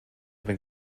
been